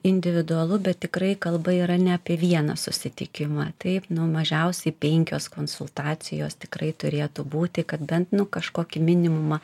individualu bet tikrai kalba yra ne apie vieną susitikimą taip nu mažiausiai penkios konsultacijos tikrai turėtų būti kad bent nu kažkokį minimumą